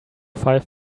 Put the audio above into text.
five